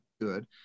good